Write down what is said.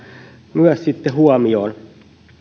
myös sitten huomioon